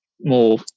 more